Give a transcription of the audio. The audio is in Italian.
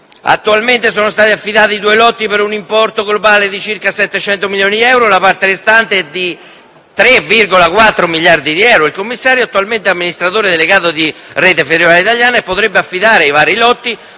attualmente sono stati affidati due lotti per un importo globale di circa 700 milioni euro, la parte restante è di 3,4 miliardi di euro e il commissario, attualmente amministratore delegato di Rete ferroviaria italiana, potrebbe affidare i vari lotti